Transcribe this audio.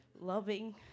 loving